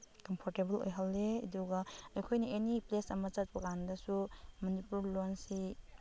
comfortable ꯑꯣꯏꯍꯜꯂꯤ ꯑꯗꯨꯒ ꯑꯩꯈꯣꯏꯅ ꯑꯦꯅꯤ ꯄ꯭ꯂꯦꯁ ꯑꯃ ꯆꯠꯄꯀꯥꯟꯗꯁꯨ ꯃꯅꯤꯄꯨꯔ ꯂꯣꯟꯁꯤ